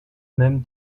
même